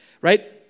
right